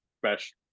fresh